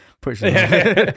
pushing